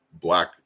black